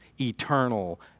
eternal